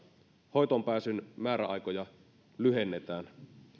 hoitoon pääsyn määräaikoja lyhennetään